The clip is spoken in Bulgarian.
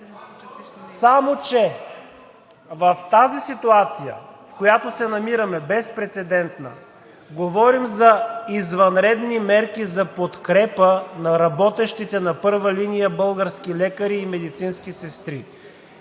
Само че в тази ситуация, в която се намираме, безпрецедентна, говорим за извънредни мерки за подкрепа на работещите на първа линия български лекари и медицински сестри